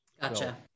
Gotcha